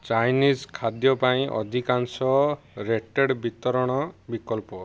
Chinese ଖାଦ୍ୟ ପାଇଁ ଅଧିକାଂଶ ରେଟେଡ୍ ବିତରଣ ବିକଳ୍ପ